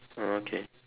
oh okay